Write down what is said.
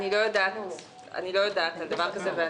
אני לא יודעת על דבר כזה.